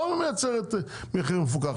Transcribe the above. לא מייצרת מחיר מפוקח,